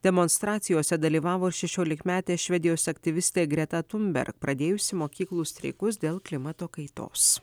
demonstracijose dalyvavo ir šešiolikmetė švedijos aktyvistė greta tunberg pradėjusi mokyklų streikus dėl klimato kaitos